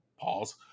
Pause